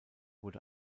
wurde